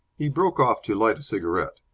he broke off to light a cigarette.